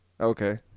Okay